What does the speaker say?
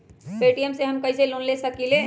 Paytm से हम कईसे लोन ले सकीले?